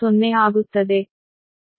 956∟0 ಆಗುತ್ತದೆ